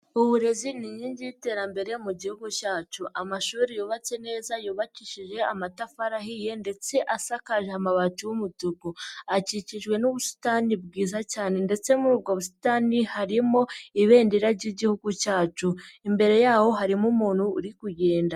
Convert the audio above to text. Uburezi ni inkingi y'iterambere mu gihugu cyacu amashuri yubatse neza yubakishije amatafari ahiye ndetse asakaje amabati y'umutuku akikijwe n'ubusitani bwiza cyane ndetse muri ubwo busitani harimo ibendera ry'igihugu cyacu imbere yaho harimo umuntu uri kugenda.